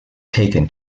taken